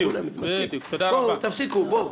תפסיקו, בואו.